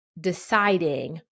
deciding